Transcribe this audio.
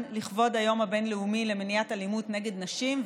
לכבוד היום הבין-לאומי למניעת אלימות נגד נשים,